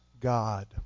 God